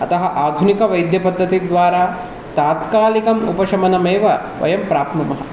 अतः आधुनिकवैद्यपद्धतिद्वारा तात्कालिकम् उपशमनमेव वयं प्राप्नुमः